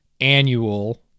annual